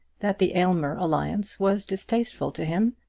that the aylmer alliance was distasteful to him,